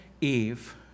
Eve